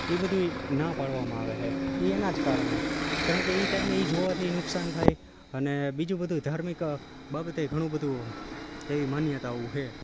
એ બધુંય ના પાડવામાં આવે છે એ એના જ કારણે કારણ કે એ ટાઈમે એ જોવાથી નુકસાન થાય અને બીજું બધુંય ધાર્મિક બાબતે ઘણું બધું એવી માન્યતાઓ છે